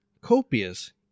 copious